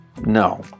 no